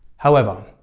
however,